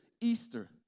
Easter